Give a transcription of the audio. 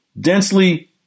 densely